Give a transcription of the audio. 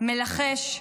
/ מלחש: